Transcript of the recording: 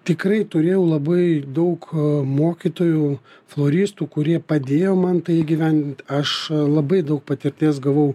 tikrai turėjau labai daug mokytojų floristų kurie padėjo man tai įgyvendint aš labai daug patirties gavau